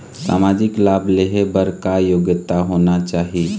सामाजिक लाभ लेहे बर का योग्यता होना चाही?